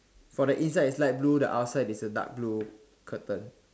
for the inside is light blue the outside is a dark blue curtain